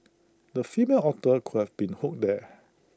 the female otter could have been hooked there